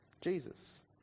Jesus